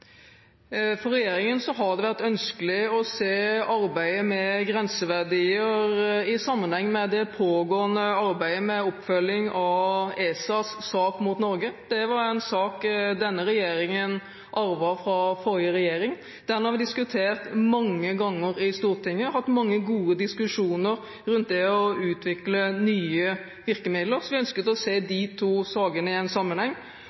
For regjeringen har det vært ønskelig å se arbeidet med grenseverdier i sammenheng med det pågående arbeidet med oppfølging av ESAs sak mot Norge. Det er en sak denne regjeringen arvet fra forrige regjering. Den har vi diskutert mange ganger i Stortinget, vi har hatt mange gode diskusjoner rundt det å utvikle nye virkemidler. Vi ønsket å se de to sakene i sammenheng,